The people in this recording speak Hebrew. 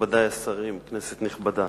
מכובדי השרים, כנסת נכבדה,